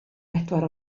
bedwar